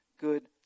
good